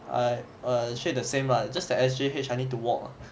I err actually the same lah just the S_G_H I need to walk